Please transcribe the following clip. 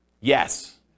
Yes